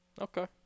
Okay